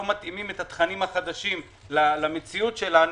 מתאימים את התכנים החדשים למציאות שלנו,